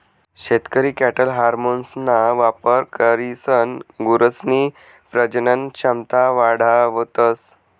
शेतकरी कॅटल हार्मोन्सना वापर करीसन गुरसनी प्रजनन क्षमता वाढावतस